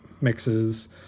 mixes